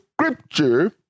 Scripture